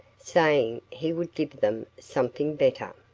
saying he would give them something better.